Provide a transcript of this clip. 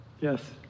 Yes